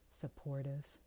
supportive